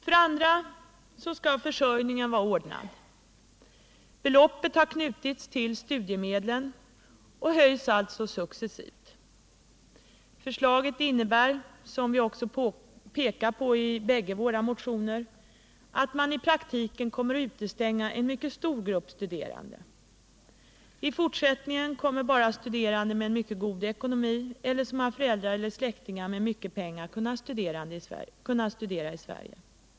För det andra skall försörjningen vara ordnad. Beloppet har knutits till studiemedlen och höjs alltså successivt. Förslaget innebär, såsom vi också påpekar i bägge våra motioner, att en mycket stor grupp studerande i praktiken kommer att utestängas. I fortsättningen kommer bara studerande med mycket god ekonomi eller sådana som har föräldrar eller släktingar med mycket pengar att kunna studera i Sverige.